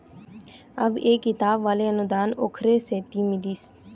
अब ये किताब वाले अनुदान ओखरे सेती मिलिस